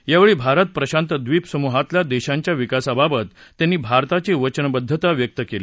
यावेळी भारत प्रशांत ड्रीप समूहातल्या देशांच्या विकासाबाबत त्यांनी भारताची वचनबद्धता व्यक्त केली